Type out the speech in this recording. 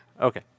Okay